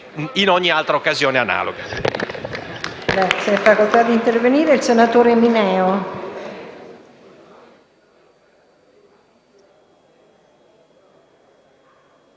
in ogni altra occasione analoga.